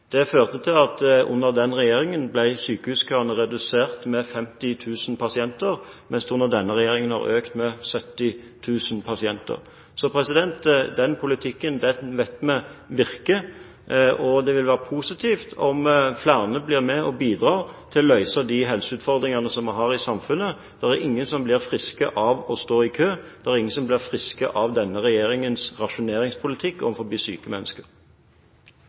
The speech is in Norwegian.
Det førte til at under den regjeringen ble sykehuskøene redusert med 50 000 pasienter, mens de under denne regjeringen har økt med 70 000 pasienter. Så den politikken vet vi virker, og det vil være positivt om flere blir med og bidrar til å løse de helseutfordringene vi har i samfunnet. Det er ingen som blir friske av å stå i kø. Det er ingen som blir friske av denne regjeringens rasjoneringspolitikk overfor syke mennesker.